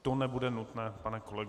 To nebude nutné, pane kolego.